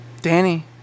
Danny